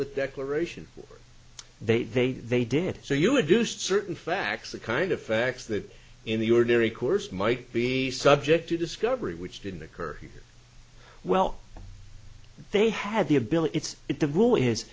with declaration they they they did so you would do certain facts that kind of facts that in the ordinary course might be subject to discovery which didn't occur well they had the ability it's if the rule is